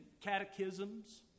catechisms